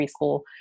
preschool